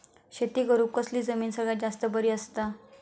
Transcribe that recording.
शेती करुक कसली जमीन सगळ्यात जास्त बरी असता?